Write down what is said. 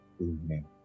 Amen